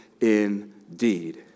indeed